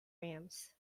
rams